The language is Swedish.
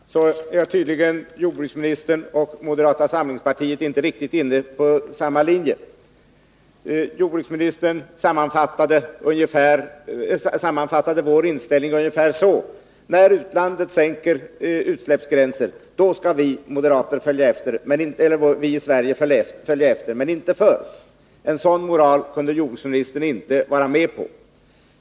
Herr talman! När det gäller föredömets makt vill jag säga att jordbruksministern och moderata samlingspartiet tydligen inte följer riktigt samma linje. Jordbruksministern sammanfattade vår inställning ungefär så, att när man i utlandet sänker utsläppsgränsen skall vi i Sverige följa efter, då men inte förr. En sådan moral kunde jordbruksministern inte vara med på.